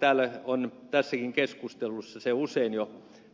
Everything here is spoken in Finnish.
täällä on tässäkin keskustelussa usein jo